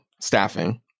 staffing